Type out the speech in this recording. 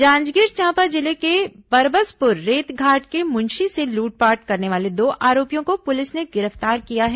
जांजगीर चांपा जिले के बरबसपुर रेत घाट के मुंशी से लूटपाट करने वाले दो आरोपियों को पुलिस ने गिरफ्तार किया है